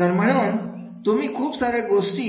तर तुम्ही खूप साऱ्या गोष्टी